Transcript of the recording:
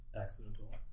accidental